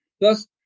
Thus